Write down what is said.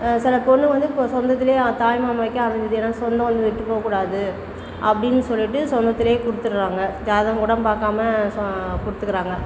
சில பொண்ணு வந்து போ சொந்தத்திலே தாய்மாமனுக்கே அமைஞ்சிடும் சொந்தம் விட்டு போகக்கூடாது அப்படின்னு சொல்லிட்டு சொந்தத்திலே கொடுத்துட்றாங்க ஜாதகம் கூட பார்க்காம சொ கொடுத்துக்கறாங்க